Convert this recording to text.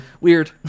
Weird